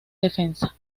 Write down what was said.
defensa